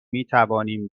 میتوانیم